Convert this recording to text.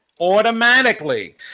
automatically